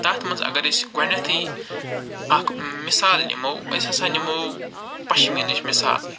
تَتھ منٛز اَگر أسۍ گۄڈٕنیٚتھٕے اکھ مِثال نِموٚو أسۍ ہسا نِموٚو پَشمیٖنٕچۍ مِثال